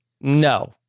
No